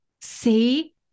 See